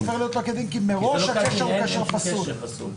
מראש הקשר הוא פסול.